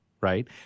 right